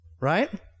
right